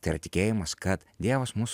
tai yra tikėjimas kad dievas mus